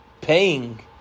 paying